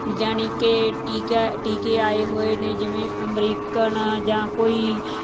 ਯਾਨੀ ਕਿ ਟੀਕਾ ਟੀਕੇ ਆਏ ਹੋਏ ਨੇ ਜਿਵੇਂ ਅਮਰੀਕਨ ਜਾਂ ਕੋਈ